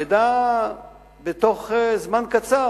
נדע בתוך זמן קצר.